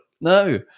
No